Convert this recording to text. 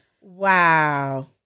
Wow